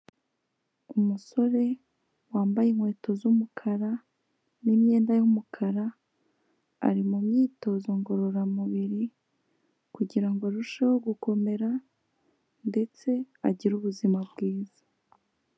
Umusore wambaye inkweto z'umukara n'imyenda y'umukara, ari mu myitozo ngororamubiri kugira ngo arusheho gukomera ndetse agire ubuzima bwiza.